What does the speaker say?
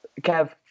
Kev